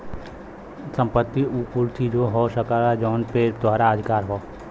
संपत्ति उ कुल चीज हो सकला जौन पे तोहार अधिकार हौ